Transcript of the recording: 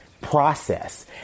process